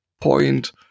point